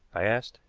i asked.